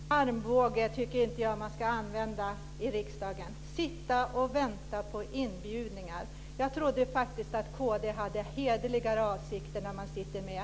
Fru talman! Jag tycker inte att man ska använda armbågen i riksdagen. Man sitter och väntar på inbjudningar. Jag trodde faktiskt att kd hade hederligare avsikter när man satt med.